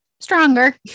Stronger